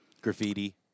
graffiti